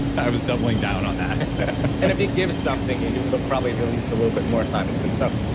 i was doubling down on that and if you give us something, and you'll you'll probably release a little bit more thymosin so